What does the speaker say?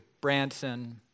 Branson